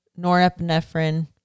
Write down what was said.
norepinephrine